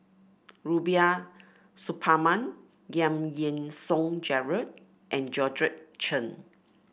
Rubiah Suparman Giam Yean Song Gerald and Georgette Chen